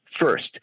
First